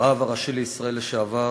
הרב הראשי לישראל לשעבר